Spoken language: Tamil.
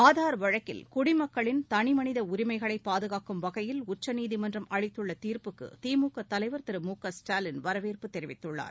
ஆதார் வழக்கில் குடிமக்களின் தனிமளித உரிமைகளை பாதுகாக்கும் வகையில் உச்சநீதிமன்றம் அளித்துள்ள தீர்ப்புக்கு திமுக தலைவர் திரு மு க ஸ்டாலின் வரவேற்பு தெரிவித்துள்ளார்